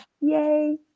Yay